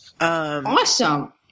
awesome